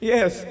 Yes